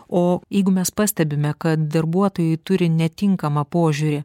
o jeigu mes pastebime kad darbuotojai turi netinkamą požiūrį